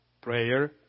Prayer